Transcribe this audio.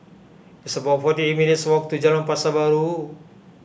it's about forty eight minutes' walk to Jalan Pasar Baru